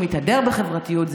מתהדר בחברתיות,